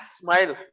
smile